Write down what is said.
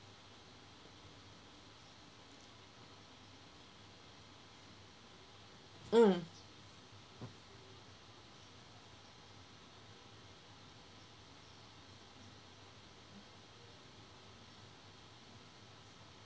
mm